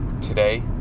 today